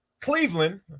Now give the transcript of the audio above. Cleveland